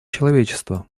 человечества